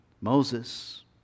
Moses